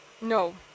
no